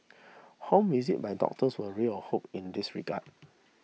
home visit by doctors were a ray of hope in this regard